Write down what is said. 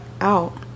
out